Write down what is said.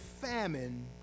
famine